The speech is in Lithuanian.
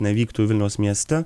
nevyktų vilniaus mieste